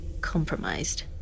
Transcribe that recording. compromised